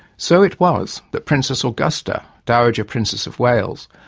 so it was that princess augusta, dowager princess of wales,